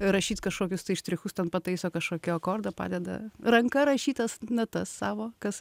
rašyt kažkokius tai štrichus ten pataiso kažkokį akordą padeda ranka rašytas natas savo kas